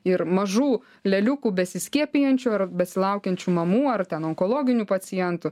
ir mažų leliukų besiskiepijančių ar besilaukiančių mamų ar ten onkologinių pacientų